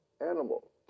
animal